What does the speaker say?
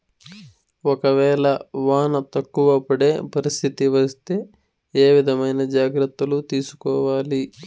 ఒక వేళ వాన తక్కువ పడే పరిస్థితి వస్తే ఏ విధమైన జాగ్రత్తలు తీసుకోవాలి?